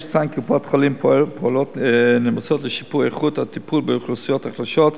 קופות-החולים פועלות לשיפור איכות הטיפול באוכלוסיות החלשות,